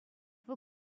вӑл